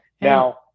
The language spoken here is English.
now